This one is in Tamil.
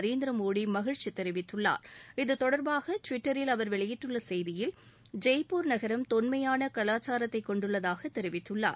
நரேந்திரமோடி மகிழ்ச்சி தெரிவித்துள்ளார் இத்தொடர்பாக டுவிட்டரில் அவர் வெளியிட்டுள்ள செய்தியில் ஜெய்ப்பூர் நகரம் தொன்மையான கலாச்சாரத்தை கொண்டுள்ளதாக தெரிவித்துள்ளார்